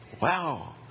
Wow